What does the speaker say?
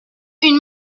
une